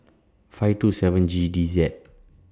five two seven G D Z